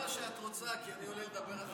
היא במצב של הוראת שעה.